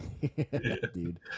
dude